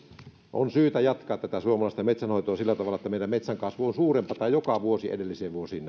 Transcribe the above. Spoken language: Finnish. on syytä jatkaa tätä suomalaista metsänhoitoa sillä tavalla että meillä metsänkasvu on suurempaa joka vuosi edellisiin vuosiin